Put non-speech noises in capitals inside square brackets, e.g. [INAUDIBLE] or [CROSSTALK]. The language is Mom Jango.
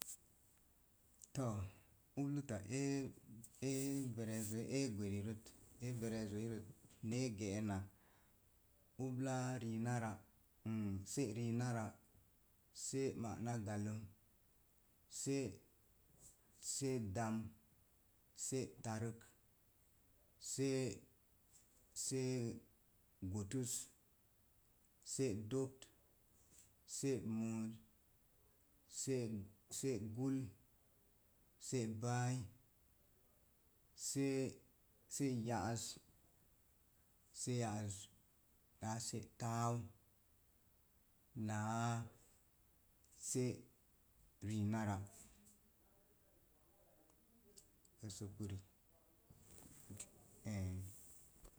To̱o̱ ubluta ee verezoi ee gweri-rət, e’ yerezoirot ni e ge̱'enak ubla riina ra’ [HESITATION] se riina ra’ se’ mana galum, se’ se’ dam, se’ tark se’ se’ gotuz, se’ dokt, se’ múúz, se’ se’ ya'az, se’ ya'az naa se’ tāāu, nāā se’ riina rai kəsəpu ri [HESITATION]